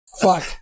Fuck